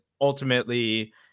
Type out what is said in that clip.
ultimately